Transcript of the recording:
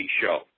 show